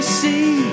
see